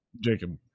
Jacob